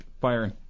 firing